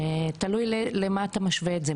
שתלוי למה אתה משווה את זה?